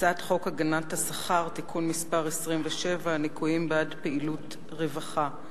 הצעת חוק הגנת השכר (תיקון מס' 27) (ניכויים בעד פעילות רווחה).